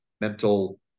mental